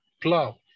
plow